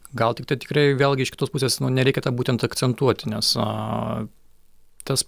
gal tiktai tikrai vėlgi iš kitos pusės nu nereikia to būtent akcentuoti nes a tas